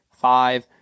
five